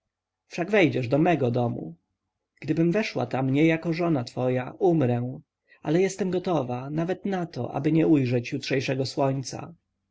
wszak wejdziesz do mego domu gdybym weszła tam nie jako żona twoja umrę ale jestem gotowa nawet na to aby nie ujrzeć jutrzejszego słońca